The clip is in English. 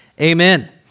Amen